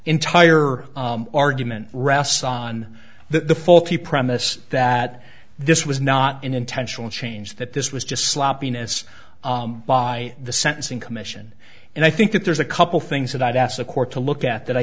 entire argument rests on the faulty premise that this was not an intentional change that this was just sloppiness by the sentencing commission and i think that there's a couple things that i'd ask the court to look at that i